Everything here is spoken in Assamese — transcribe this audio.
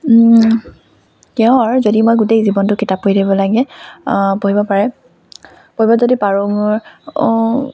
তেওঁৰ যদি মই গোটেই জীৱনটো কিতাপ পঢ়ি থাকিব লাগে পঢ়িব পাৰে পঢ়িব যদি পাৰোঁ মোৰ